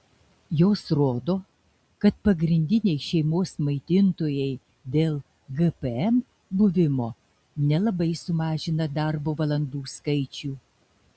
jos rodo kad pagrindiniai šeimos maitintojai dėl gpm buvimo nelabai sumažina darbo valandų skaičių